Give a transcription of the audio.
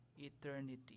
eternity